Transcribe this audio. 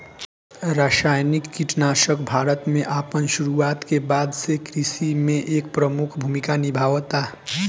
रासायनिक कीटनाशक भारत में अपन शुरुआत के बाद से कृषि में एक प्रमुख भूमिका निभावता